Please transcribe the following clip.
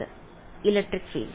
വിദ്യാർത്ഥി electric field